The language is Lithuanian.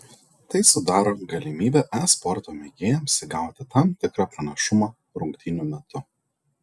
tai sudaro galimybę e sporto mėgėjams įgauti tam tikrą pranašumą rungtynių metu